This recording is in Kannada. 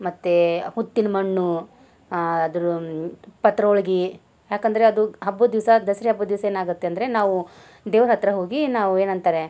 ಮತ್ತೇ ಹುತ್ತಿನ ಮಣ್ಣು ಅದ್ರು ಪತ್ರೋಳ್ಗಿ ಯಾಕಂದರೆ ಅದು ಹಬ್ಬದ ದಿವಸ ದಸ್ರಾ ಹಬ್ಬದ ದಿವಸ ಏನಾಗುತ್ತೆ ಅಂದರೆ ನಾವು ದೇವ್ರ ಹತ್ತಿರ ಹೋಗಿ ನಾವು ಏನಂತಾರೆ